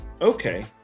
okay